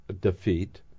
defeat